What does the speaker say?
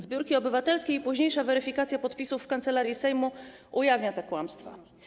Zbiórki obywatelskie i późniejsza weryfikacja podpisów w Kancelarii Sejmu ujawniają te kłamstwa.